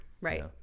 right